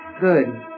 Good